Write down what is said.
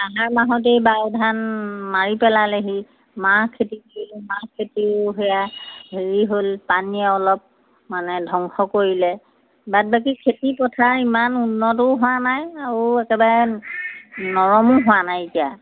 আহাৰ মাহত এই বাও ধান মাৰি পেলালেহি মাহ খেতি কৰিলোঁ মাহ খেতিয়ো সেয়া হেৰি হ'ল পানীয়ে অলপ মানে ধ্বংস কৰিলে বাদ বাকী খেতি পথাৰ ইমান উন্নতও হোৱা নাই আৰু একেবাৰে নৰমো হোৱা নাইকিয়া